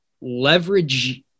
leverage